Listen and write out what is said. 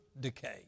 decay